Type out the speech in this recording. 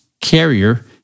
carrier